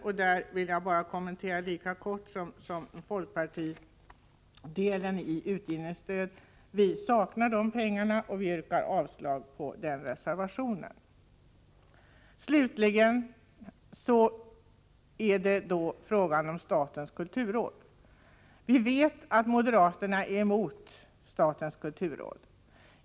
Jag vill bara kommentera detta lika kort som när det gäller folkpartiets förslag om utgivningsstöd. Vi saknar dessa pengar, och jag yrkar avslag på den reservationen. Slutligen kommer jag till frågan om statens kulturråd. Vi vet att moderaterna är emot statens kulturråd.